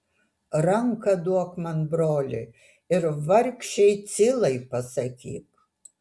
ranką duok man broli ir vargšei cilai pasakyk